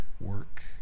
work